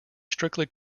strictly